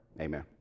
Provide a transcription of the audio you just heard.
Amen